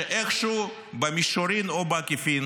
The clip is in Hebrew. שאיכשהו במישרין או בעקיפין